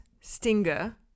Stinger